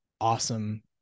Awesome